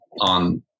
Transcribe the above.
on